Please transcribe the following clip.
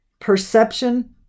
Perception